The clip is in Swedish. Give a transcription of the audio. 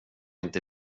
inte